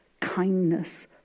kindness